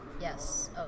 Yes